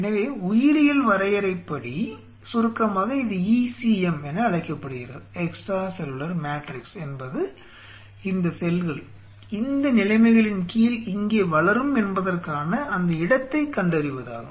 எனவே உயிரியல் வரையறைப்படி சுருக்கமாக இது ECM என அழைக்கப்படுகிறது எக்ஸ்ட்ரா செல்லுலார் மேட்ரிக்ஸ் என்பது இந்த செல்கள் இந்த இந்த நிலைமைகளின் கீழ் இங்கே வளரும் என்பதற்கான அந்த இடத்தைக் கண்டறிவதாகும்